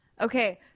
Okay